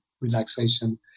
relaxation